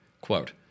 quote